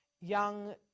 young